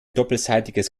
doppelseitiges